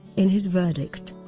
in his verdict,